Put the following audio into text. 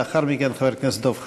לאחר מכן, חבר הכנסת דב חנין.